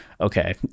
Okay